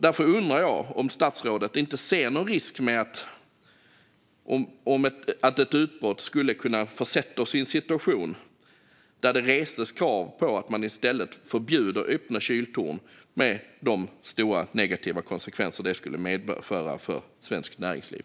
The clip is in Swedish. Därför undrar jag om statsrådet inte ser någon risk att ett utbrott skulle kunna försätta oss i en situation där det reses krav på att i stället förbjuda öppna kyltorn, med de stora negativa konsekvenser det skulle medföra för svenskt näringsliv.